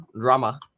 drama